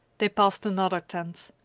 they passed another tent.